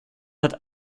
hat